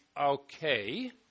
okay